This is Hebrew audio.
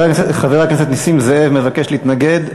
חבר הכנסת נסים זאב מבקש להתנגד.